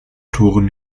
toren